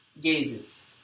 gazes